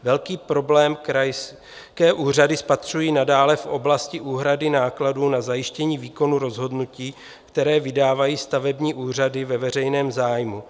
Velký problém krajské úřady spatřují nadále v oblasti úhrady nákladů na zajištění výkonu rozhodnutí, které vydávají stavební úřady ve veřejném zájmu.